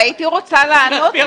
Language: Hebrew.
הייתי רוצה לענות,